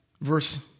verse